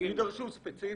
יידרשו ספציפית.